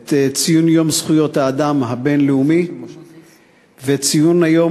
את ציון יום זכויות האדם הבין-לאומי ואת ציון היום